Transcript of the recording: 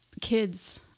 kids